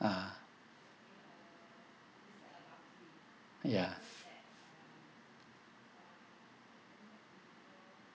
ah ya